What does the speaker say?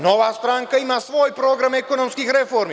Nova stranka ima svoj program ekonomskih reformi.